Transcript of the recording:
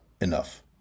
enough